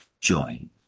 join